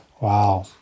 Wow